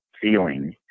feeling